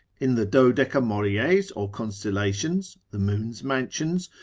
in the dodecotemories or constellations, the moon's mansions,